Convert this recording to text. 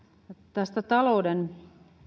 tästä talouden